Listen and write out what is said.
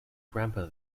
grampa